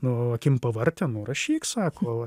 nu akim pavartė nu rašyk sako